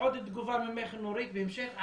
אנחנו ניקח ממך עוד תגובה ממך בהמשך, נורית.